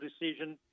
decision